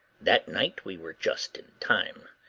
that night we were just in time.